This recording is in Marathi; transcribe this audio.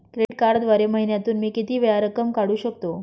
क्रेडिट कार्डद्वारे महिन्यातून मी किती वेळा रक्कम काढू शकतो?